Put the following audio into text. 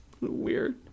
Weird